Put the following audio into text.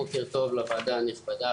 בוקר טוב לוועדה הנכבדה,